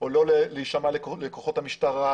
או לא להישמע לכוחות המשטרה,